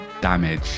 damage